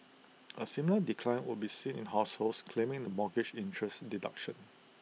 A similar decline would be seen in households claiming the mortgage interest deduction